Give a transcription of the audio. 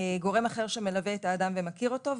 "גורם אחר שמלווה את האדם ומכיר אותו",